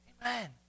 Amen